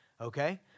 Okay